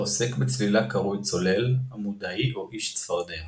העוסק בצלילה קרוי צולל, אמודאי או איש צפרדע.